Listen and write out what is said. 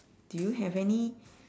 do you have any